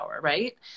right